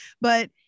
But-